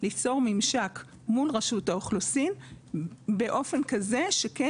ליצור ממשק מול רשות האוכלוסין באופן כזה שכן